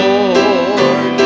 Lord